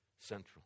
central